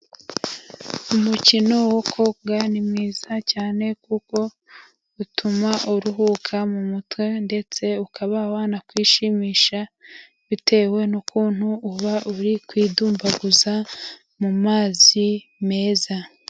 Umukino wo koga ni mwiza cyane kuko utuma uruhuka mu mutwe ndetse ukaba wanakwishimisha bitewe n'ukuntu uba uri kwidumbaguza mu mazi meza.